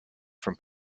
from